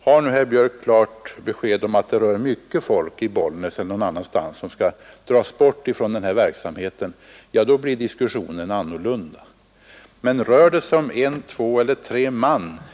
Har nu herr Björk klart besked om att mycket folk i Bollnäs eller någon annanstans dras bort från den här verksamheten, då blir diskussionen en annan än om det rör sig om en, två eller tre man.